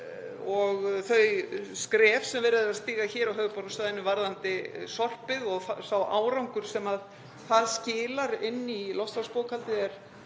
og þau skref sem verið er að stíga hér á höfuðborgarsvæðinu varðandi sorpið og sá árangur sem það skilar inn í loftslagsbókhaldið er